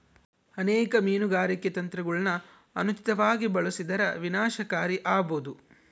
ಅನೇಕ ಮೀನುಗಾರಿಕೆ ತಂತ್ರಗುಳನ ಅನುಚಿತವಾಗಿ ಬಳಸಿದರ ವಿನಾಶಕಾರಿ ಆಬೋದು